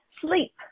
sleep